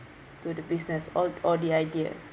to the business or or the idea